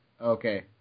Okay